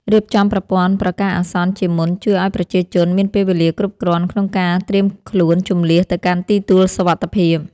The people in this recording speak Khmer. រៀបចំប្រព័ន្ធប្រកាសអាសន្នជាមុនជួយឱ្យប្រជាជនមានពេលវេលាគ្រប់គ្រាន់ក្នុងការត្រៀមខ្លួនជម្លៀសទៅកាន់ទីទួលសុវត្ថិភាព។